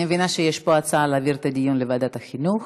אני מבינה שיש פה הצעה להעביר את הדיון לוועדת החינוך,